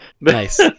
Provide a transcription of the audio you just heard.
nice